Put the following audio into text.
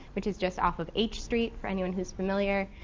which is just off of h street, for anyone who's familiar.